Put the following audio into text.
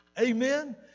Amen